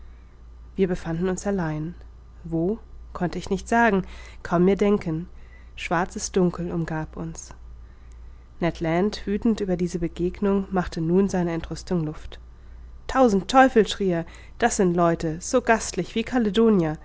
wir befanden uns allein wo konnte ich nicht sagen kaum mir denken schwarzes dunkel umgab uns ned land wüthend über diese begegnung machte nun seiner entrüstung luft tausend teufel schrie er das sind leute so gastlich wie